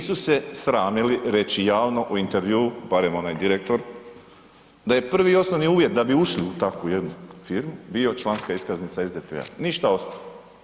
Nisu se sramili reći javno u intervjuu barem onaj direktor, da je prvi i osnovni uvjet da bi ušli u takvu jednu firmu bio članska iskaznica SDP-a, ništa ostalo.